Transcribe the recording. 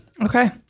Okay